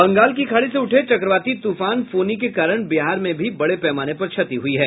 बंगाल की खाड़ी से उठे चक्रवाती तुफान फोनी के कारण बिहार में भी बड़े पैमाने पर क्षति हुयी है